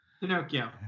Pinocchio